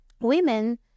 women